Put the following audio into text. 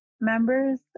members